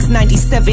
97